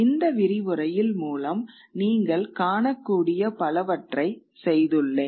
இந்த விரிவுரையில் மூலம் நீங்கள் காணக்கூடிய பலவற்றை செய்துள்ளேன்